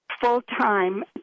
full-time